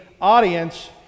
audience